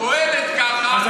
פועלת ככה,